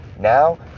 Now